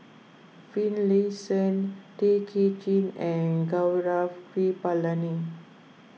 Finlayson Tay Kay Chin and Gaurav Kripalani